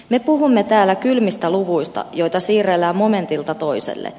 me puhumme täällä kylmistä luvuista joita siirrellään momentilta toiselle